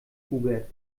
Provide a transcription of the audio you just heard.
hubert